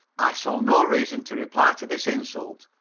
i saw no reason to reply to this insult,